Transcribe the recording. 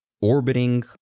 orbiting